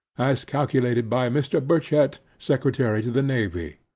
as calculated by mr. burchett, secretary to the navy.